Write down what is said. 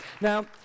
Now